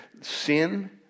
sin